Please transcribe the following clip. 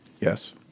Yes